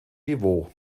niveau